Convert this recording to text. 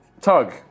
Tug